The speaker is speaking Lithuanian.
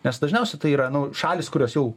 nes dažniausiai tai yra nu šalys kurios jau